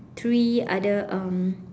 three other um